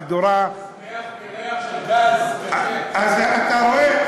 מהדורה, מסריח מריח של גז, אז אתה רואה?